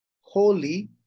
holy